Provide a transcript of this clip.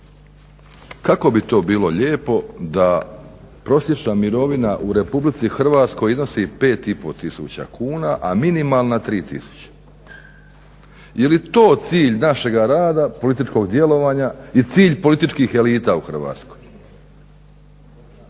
kako bi to bilo lijepo da prosječna mirovina u RH iznosi 5.500 kuna, a minimalna 3 tisuće. Jel to cilj našega rada političkog djelovanja i cilj političkih elita u Hrvatskoj?